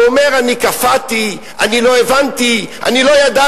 הוא אומר: אני קפאתי, אני לא הבנתי, אני לא ידעתי.